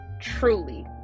truly